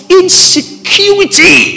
insecurity